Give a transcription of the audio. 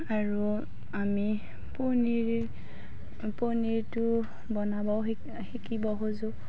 আৰু আমি পনীৰ পনীৰটো বনাব শিকি শিকিব খোজোঁ